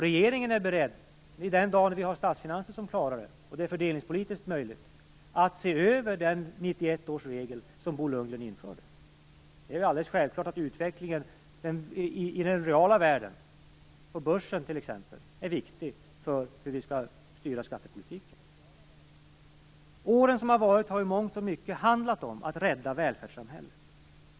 Den dag vi har statsfinanser som klarar det och det är fördelningspolitiskt möjligt är regeringen beredd att se över 1991 års regel, som Bo Lundgren införde. Det är alldeles självklart att utvecklingen i den reala världen, på börsen t.ex., är viktig för hur vi skall styra skattepolitiken. Åren som har gått har i mångt och mycket handlat om att rädda välfärdssamhället.